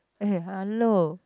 eh hello